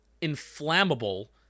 inflammable